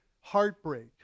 heartbreak